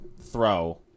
throw